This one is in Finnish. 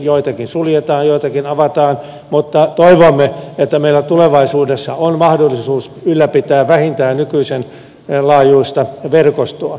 joitakin suljetaan joitakin avataan mutta toivomme että meillä tulevaisuudessa on mahdollisuus ylläpitää vähintään nykyisen laajuista verkostoa